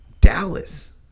Dallas